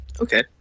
Okay